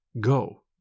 go